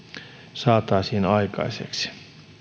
saataisiin aikaiseksi